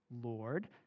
Lord